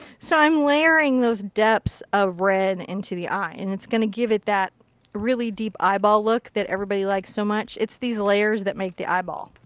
so i am layering those depths of red into the eye. and it's going to give it that really deep eyeball look that everybody likes so much. it's the layers that make the eyeball.